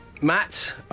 Matt